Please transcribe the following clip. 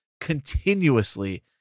continuously